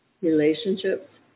relationships